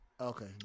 Okay